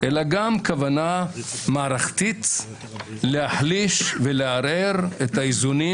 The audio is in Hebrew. אלא גם כוונה מערכתית להחליש ולערער את האיזונים